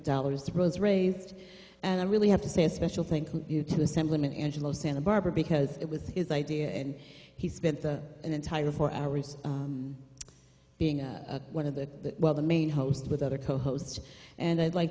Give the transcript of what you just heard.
dollars rose raised and i really have to say a special thank you to assemblyman angelo santa barbara because it was his idea and he spent the entire four hours being a one of the well the main host with other co hosts and i'd like